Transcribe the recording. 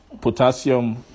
Potassium